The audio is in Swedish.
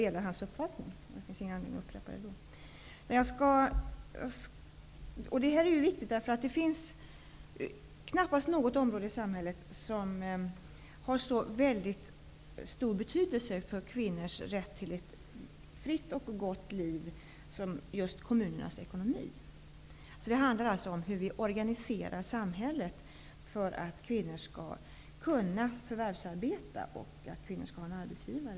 Det finns ingen anledning till upprepning då. Detta är viktigt. Det finns knappast något område i samhället som har så väldigt stor betydelse för kvinnors rätt till ett fritt och gott liv som just kommunernas ekonomi. Det handlar alltså om hur vi organiserar samhället för att kvinnor skall kunna förvärvsarbeta och för att kvinnor skall ha en arbetsgivare.